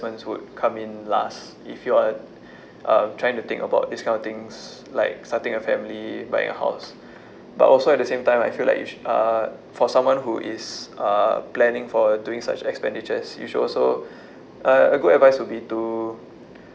investments would come in last if you are uh trying to think about this kind of things like starting a family buying a house but also at the same time I feel like you sh~ uh for someone who is uh planning for doing such expenditures you should also a a good advice would be to